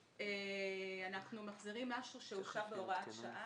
אנחנו מחזירים משהו שהוצא בהוראת שעה.